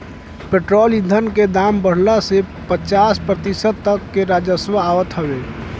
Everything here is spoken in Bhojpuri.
पेट्रोल ईधन के दाम बढ़ला से पचास प्रतिशत तक ले राजस्व आवत हवे